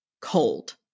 cold